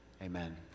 Amen